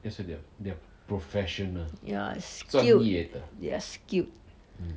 yup skilled they are skilled